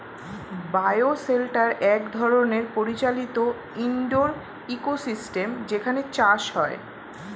bio shelter এক ধরনের পরিচালিত ইন্ডোর ইকোসিস্টেম যেখানে চাষ হয়